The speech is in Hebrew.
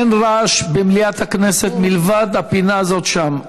אין רעש במליאת הכנסת מלבד הפינה הזאת שם,